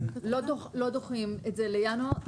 לא דוחים את זה לינואר.